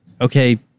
okay